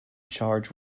charged